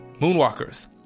Moonwalkers